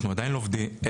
אנחנו עדיין עובדים,